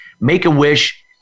Make-A-Wish